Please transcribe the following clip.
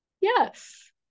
yes